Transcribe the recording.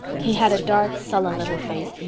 he had a dark, sullen little face,